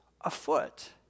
afoot